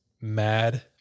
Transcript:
Mad